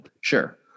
sure